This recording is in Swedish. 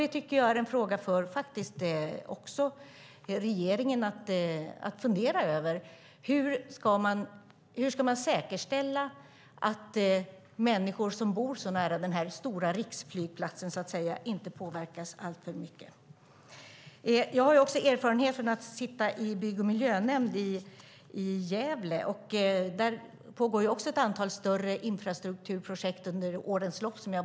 Det tycker jag är en fråga för regeringen att fundera över. Hur ska man säkerställa att människor som bor så nära denna stora riksflygplats inte påverkas alltför mycket? Jag har också erfarenhet av att sitta i bygg och miljönämnd i Gävle. Där pågår också ett antal större infrastrukturprojekt.